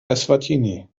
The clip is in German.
eswatini